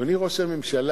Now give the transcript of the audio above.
אדוני ראש הממשלה,